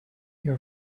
your